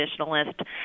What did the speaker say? Traditionalist